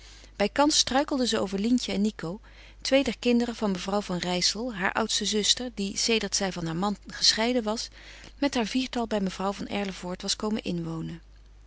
bijkans struikelde ze over lientje en nico twee der kinderen van mevrouw van rijssel haar oudste zuster die sedert zij van haar man gescheiden was met haar viertal bij mevrouw van erlevoort was komen inwonen